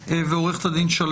עורכת הדין אודיה איפרגן,